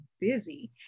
busy